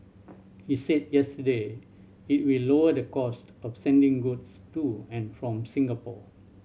he said yesterday it will lower the cost of sending goods to and from Singapore